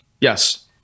Yes